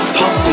pop